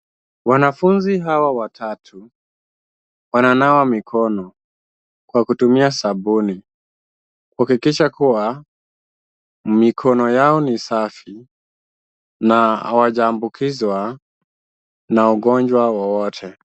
Wanafunzi hawa watatu wananawa mikono kwa kutumia sabuni, kuhakikisha kuwa mikono yao ni safi na hawajaambukizwa na ugonjwa wowote.